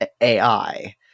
ai